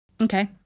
Okay